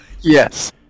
Yes